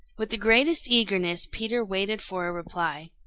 with the greatest eagerness peter waited for a reply.